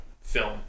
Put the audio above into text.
film